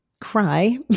cry